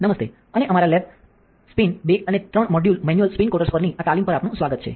નમસ્તે અને અમારા લેબ સ્પિન 2 અને 3 મેન્યુઅલ સ્પિન કોટર્સ પરની આ તાલીમ પર આપનું સ્વાગત છે